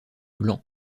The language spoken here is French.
gland